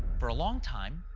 for a long time,